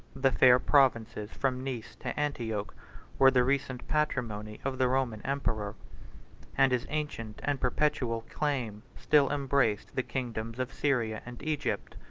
the fair provinces from nice to antioch were the recent patrimony of the roman emperor and his ancient and perpetual claim still embraced the kingdoms of syria and egypt.